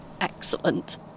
Excellent